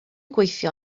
gweithio